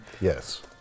Yes